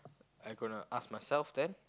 I gonna ask myself then